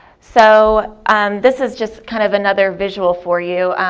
so um this is just kind of another visual for you,